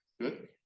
Good